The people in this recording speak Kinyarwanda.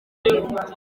mbere